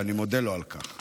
ואני מודה לו על כך.